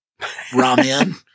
Ramen